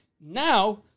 Now